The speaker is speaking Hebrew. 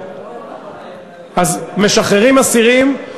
משחררים אסירים,